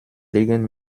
liegen